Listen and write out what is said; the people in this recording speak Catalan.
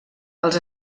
els